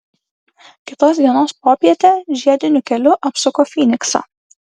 kitos dienos popietę žiediniu keliu apsuko fyniksą